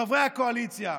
חברי הקואליציה,